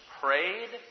prayed